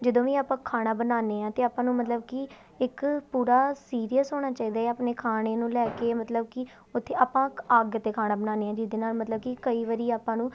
ਜਦੋਂ ਵੀ ਆਪਾਂ ਖਾਣਾ ਬਣਾਉਂਦੇ ਹਾਂ ਤਾਂ ਆਪਾਂ ਨੂੰ ਮਤਲਬ ਕਿ ਇੱਕ ਪੂਰਾ ਸੀਰੀਅਸ ਹੋਣਾ ਚਾਹੀਦਾ ਆਪਣੇ ਖਾਣੇ ਨੂੰ ਲੈ ਕੇ ਮਤਲਬ ਕਿ ਉੱਥੇ ਆਪਾਂ ਅੱਗ 'ਤੇ ਖਾਣਾ ਬਣਾਉਂਦੇ ਹਾਂ ਜਿਹਦੇ ਨਾਲ ਮਤਲਬ ਕਿ ਕਈ ਵਰੀ ਆਪਾਂ ਨੂੰ